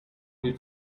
will